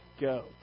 go